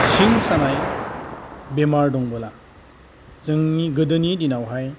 सिं सानाय बेमार दंबोला जोंनि गोदोनि दिनावहाय